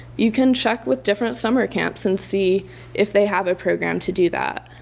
you can check with different summer camps and see if they have a program to do that.